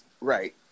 Right